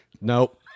Nope